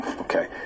Okay